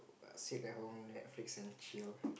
err sit at home Netflix and chill